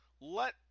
Let